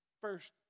First